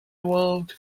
world